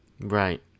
Right